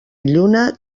lluna